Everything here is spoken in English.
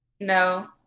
No